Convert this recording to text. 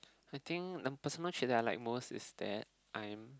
I think the personal trait that I like most is that I'm